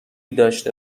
داشته